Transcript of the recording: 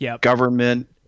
government